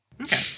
Okay